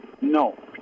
no